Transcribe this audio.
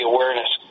Awareness